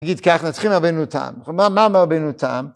נגיד כך, נתחיל מרבנו תם. מה אומר רבנו תם?